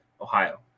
ohio